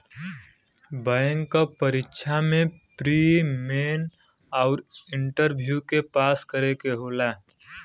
bank क परीक्षा में प्री, मेन आउर इंटरव्यू के पास करना होला